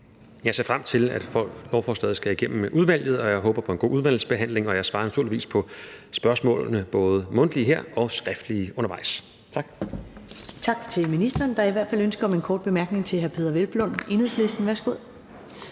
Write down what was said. Jeg ser frem til, at lovforslaget skal igennem udvalget, og jeg håber på en god udvalgsbehandling, og jeg svarer naturligvis på spørgsmålene, både mundtlige her og skriftlige undervejs. Tak. Kl. 12:07 Første næstformand (Karen Ellemann): Tak til ministeren. Der er i hvert fald ønske om et kort bemærkning fra hr. Peder Hvelplund, Enhedslisten. Værsgo.